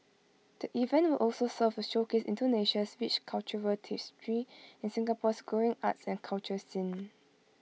the event will also serve to showcase Indonesia's rich cultural tapestry and Singapore's growing arts and culture scene